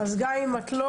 גם אם את לא